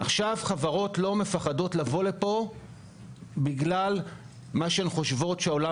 עכשיו חברות לא מפחדות לבוא לפה בגלל מה שהן חושבות שהעולם